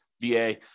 VA